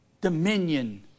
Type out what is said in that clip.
dominion